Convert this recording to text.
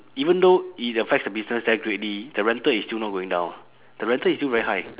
even though it affects the business there greatly the rental is still not going down the rental is still very high